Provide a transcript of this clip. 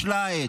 בשלה העת.